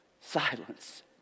Silence